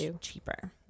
cheaper